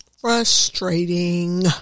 Frustrating